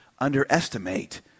underestimate